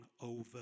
over